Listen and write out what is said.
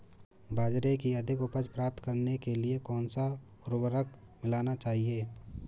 बाजरे की अधिक उपज प्राप्त करने के लिए कौनसा उर्वरक मिलाना चाहिए?